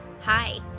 Hi